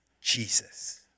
Jesus